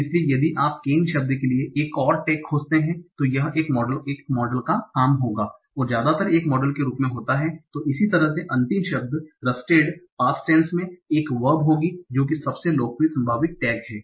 इसलिए यदि आप केन शब्द के लिए एक और टैग खोजते हैं तो यह एक मॉडल का काम होगा और ज्यादातर एक मॉडल के रूप में होता है तो इसी तरह से अंतिम शब्द रस्टेड पास्ट टैन्स में एक वर्ब होगी जोकि सबसे लोकप्रिय संभावित टैग है